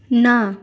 না